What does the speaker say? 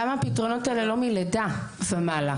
למה הפתרונות האלה לא מלידה ומעלה?